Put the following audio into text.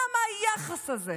למה היחס הזה?